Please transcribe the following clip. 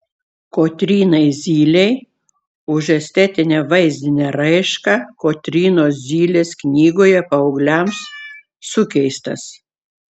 kotrynai zylei už estetinę vaizdinę raišką kotrynos zylės knygoje paaugliams sukeistas